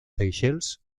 seychelles